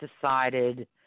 decided